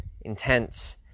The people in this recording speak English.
intense